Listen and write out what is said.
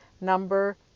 number